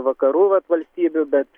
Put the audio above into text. vakarų vat valstybių bet